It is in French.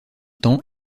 temps